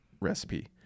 recipe